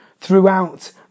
throughout